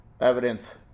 Evidence